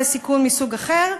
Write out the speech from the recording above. זה סיכון מסוג אחר.